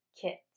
kit